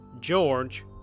George